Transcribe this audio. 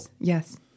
Yes